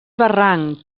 barranc